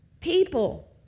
people